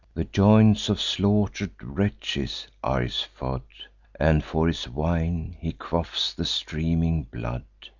the joints of slaughter'd wretches are his food and for his wine he quaffs the streaming blood.